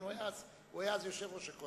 55, על 50. כן, הוא היה אז יושב-ראש הקואליציה.